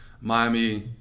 Miami